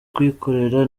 kuyikorera